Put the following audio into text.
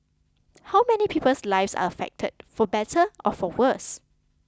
how many people's lives are affected for better or for worse